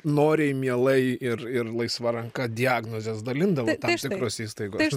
noriai mielai ir ir laisva ranka diagnozes dalindavo tam tikros įstaigos